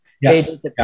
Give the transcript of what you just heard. Yes